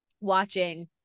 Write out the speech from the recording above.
watching